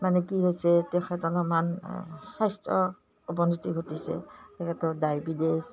মানে কি হৈছে তেখেতৰ অলপমান স্বাস্থ্য অৱনতি ঘটিছে তেখেতৰ ডায়েবেডেছ